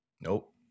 Nope